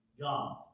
God